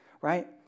right